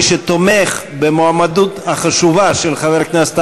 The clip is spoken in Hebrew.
מי שתומך במועמדות החשובה של חבר הכנסת